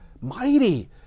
mighty